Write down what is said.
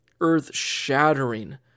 earth-shattering